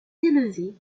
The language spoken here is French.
élever